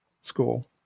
school